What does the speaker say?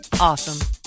awesome